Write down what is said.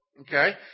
Okay